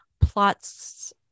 plots